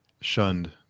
Shunned